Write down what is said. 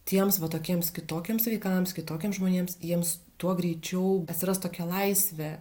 tiems va tokiems kitokiems vaikams kitokiems žmonėms jiems tuo greičiau atsiras tokia laisvė